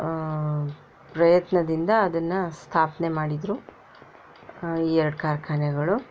ಪ್ರಯತ್ನದಿಂದ ಅದನ್ನು ಸ್ಥಾಪನೆ ಮಾಡಿದ್ದರು ಈ ಎರಡು ಕಾರ್ಖಾನೆಗಳು